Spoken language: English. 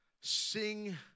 sing